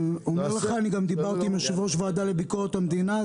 דיברתי עם יושב-ראש הוועדה לביקורת המדינה,